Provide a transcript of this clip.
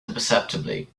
imperceptibly